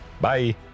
Bye